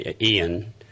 Ian